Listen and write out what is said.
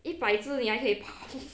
一百只你还可以跑